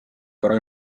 però